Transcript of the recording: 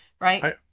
right